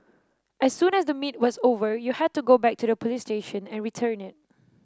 as soon as the meet was over you had to go back to the police station and return it